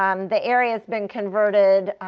um the area has been converted,